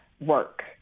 work